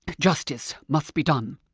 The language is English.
justice must be done.